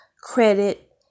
credit